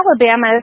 Alabama